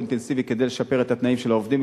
אינטנסיבי כדי לשפר את התנאים של העובדים,